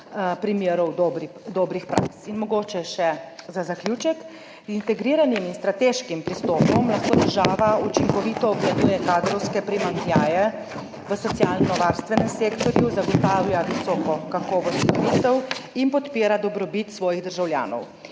primerov dobrih praks. Mogoče še za zaključek. Z integriranim in strateškim pristopom lahko država učinkovito obvladuje kadrovske primanjkljaje v socialnovarstvenem sektorju, zagotavlja visoko kakovost storitev in podpira dobrobit svojih državljanov.